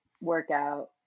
workout